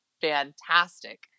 fantastic